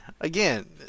Again